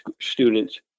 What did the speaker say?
students